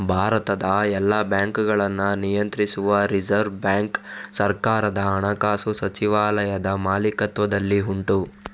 ಭಾರತದ ಎಲ್ಲ ಬ್ಯಾಂಕುಗಳನ್ನ ನಿಯಂತ್ರಿಸುವ ರಿಸರ್ವ್ ಬ್ಯಾಂಕು ಸರ್ಕಾರದ ಹಣಕಾಸು ಸಚಿವಾಲಯದ ಮಾಲೀಕತ್ವದಲ್ಲಿ ಉಂಟು